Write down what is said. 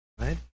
right